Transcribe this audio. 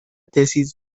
tesis